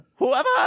Whoever